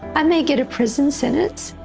i may get a prison sentence,